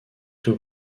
tout